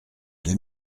deux